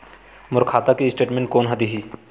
मोर खाता के स्टेटमेंट कोन ह देही?